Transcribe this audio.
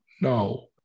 No